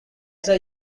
say